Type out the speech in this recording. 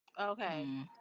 Okay